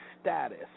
status